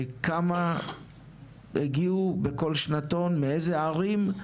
כמה הגיעו בכל שנתון, מאיזה ערים,